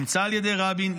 שאומצה על ידי רבין,